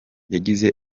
yagize